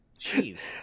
jeez